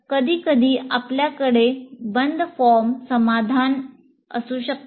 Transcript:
कधीकधी आपल्याकडे बंद फॉर्म समाधान असू शकते